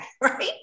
right